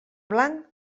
blanc